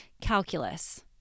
calculus